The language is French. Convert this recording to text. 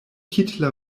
quitte